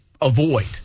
avoid